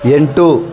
ಎಂಟು